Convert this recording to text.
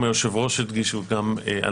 גם היושב ראש הדגיש את זה וזה גם עלה